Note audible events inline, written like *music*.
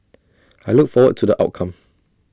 *noise* I look forward to the outcome